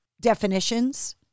definitions